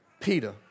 Peter